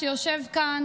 שיושב כאן,